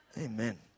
Amen